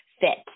fit